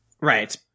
right